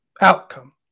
outcome